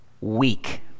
Weak